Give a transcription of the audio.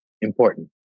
important